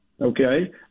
okay